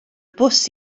bws